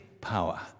power